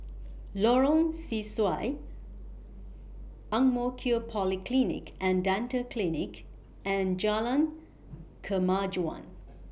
Lorong Sesuai Ang Mo Kio Polyclinic and Dental Clinic and Jalan Kemajuan